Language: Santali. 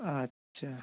ᱟᱪᱪᱷᱟ